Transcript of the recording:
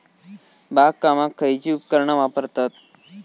बागकामाक खयची उपकरणा वापरतत?